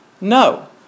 No